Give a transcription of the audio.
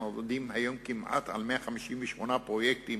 אנחנו עובדים היום על כמעט 158 פרויקטים